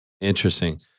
Interesting